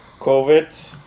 COVID